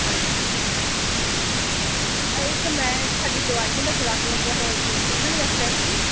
ਅੱਛਾ ਜੀ ਅੱਛਾ ਜੀ ਇੱਕ ਮੈਂ ਸਾਡੀ ਗਵਾਂਢਣ ਦਾ ਜਵਾਕ ਲੱਗਿਆ ਹੋਇਆ ਜੀ ਉਹਨਾਂ ਨੇ ਦੱਸਿਆ ਸੀ